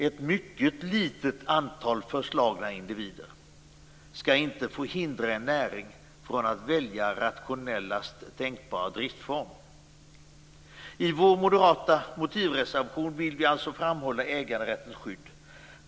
Ett mycket litet antal förslagna individer skall inte få hindra en näring från att välja rationellast tänkbara driftsform. I vår moderata motivreservation vill vi alltså framhålla äganderättens skydd.